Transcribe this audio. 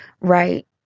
right